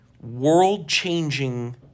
world-changing